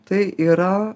tai yra